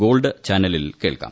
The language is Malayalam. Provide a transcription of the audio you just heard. ഗോൾഡ് ചാനലിൽ കേൾക്കാം